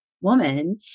woman